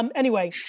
um anyway,